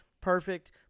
Perfect